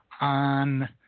On